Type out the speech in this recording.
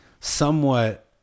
somewhat